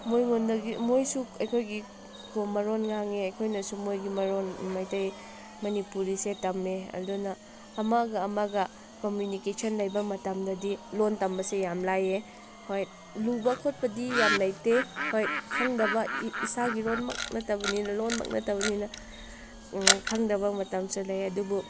ꯃꯣꯏꯉꯣꯟꯗꯒꯤ ꯃꯣꯏꯁꯨ ꯑꯩꯈꯣꯏꯒꯤ ꯀꯣꯝ ꯃꯔꯣꯟ ꯉꯥꯡꯉꯦ ꯑꯩꯈꯣꯏꯅꯁꯨ ꯃꯣꯏꯒꯤ ꯃꯔꯣꯜ ꯃꯩꯇꯩ ꯃꯅꯤꯄꯨꯔꯤꯁꯦ ꯇꯝꯃꯦ ꯑꯗꯨꯅ ꯑꯃꯒ ꯑꯃꯒ ꯀꯝꯃꯨꯅꯤꯀꯦꯁꯟ ꯂꯩꯕ ꯃꯇꯝꯗꯗꯤ ꯂꯣꯜ ꯇꯝꯕꯁꯦ ꯌꯥꯝ ꯂꯥꯏꯌꯦ ꯍꯣꯏ ꯂꯨꯕ ꯈꯣꯠꯄꯗꯤ ꯌꯥꯝ ꯂꯩꯇꯦ ꯍꯣꯏ ꯈꯪꯗꯕ ꯏꯁꯥꯒꯤ ꯏꯔꯣꯜ ꯃꯛ ꯅꯠꯇꯕꯅꯤꯅ ꯂꯣꯜꯃꯛ ꯅꯠꯇꯕꯅꯤꯅ ꯈꯪꯗꯕ ꯃꯇꯝꯁꯨ ꯂꯩꯌꯦ ꯑꯗꯨꯕꯨ